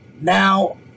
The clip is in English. Now